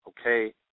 okay